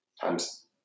times